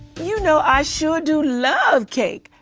you know i sure do love cake.